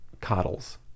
coddles